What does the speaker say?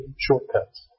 shortcuts